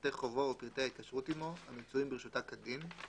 פרטי חובות ופרטי ההתקשרות עמו המצויים ברשותה כדין,